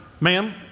ma'am